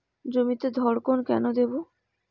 জমিতে ধড়কন কেন দেবো?